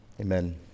Amen